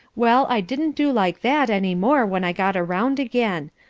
well, i didn't do like that any more when i got around again.